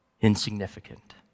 insignificant